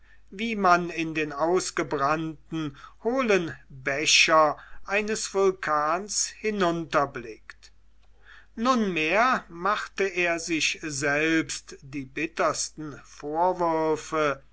wie man in den ausgebrannten hohlen becher eines vulkans hinunterblickt nunmehr machte er sich selbst die bittersten vorwürfe